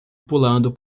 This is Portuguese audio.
pulando